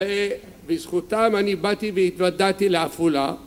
ובזכותם אני באתי והתוודעתי לעפולה